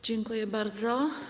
Dziękuję bardzo.